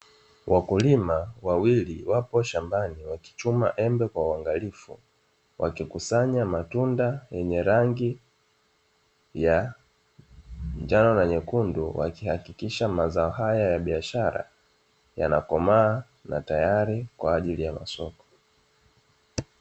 Wakulima wawili wapo shambani wakichuma embe kwa uangalifu wakikusanya matunda yenye rangi ya njano na nyekundu, wakihakikisha mazao haya ya biashara yanakomaa na tayari kwaajili ya masoko.